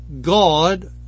God